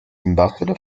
ambassador